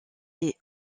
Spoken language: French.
est